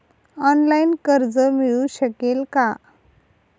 Online कर्ज मिळू शकेल का?